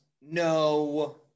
no